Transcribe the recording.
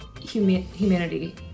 humanity